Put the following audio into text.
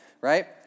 right